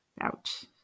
Ouch